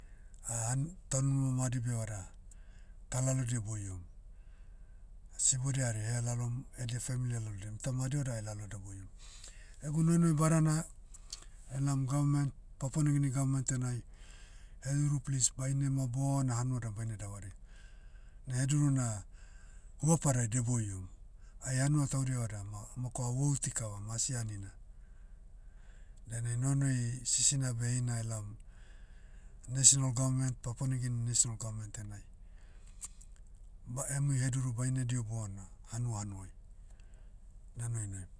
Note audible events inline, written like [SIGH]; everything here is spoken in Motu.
[HESITATION] taunima madi bevada, ta lalodia boiom. Sibodia hari ehelalom, edia family elalodiam ita madi vada elaloda boiom. Egu noinoi badana, elaom gavment, papua niugini gavment enai, heduru plis bainema bona hanua dan baine davari. Na heduru na, huapadai deboiom. Ai hanua taudia vada ma moko ah vouti kavam asi anina. Dainai nonoi sisina beh heina elaom, national gavment, papua niugini national gavment enai. Ba- emui heduru baine diho bona, hanua hanuai, na noinoim.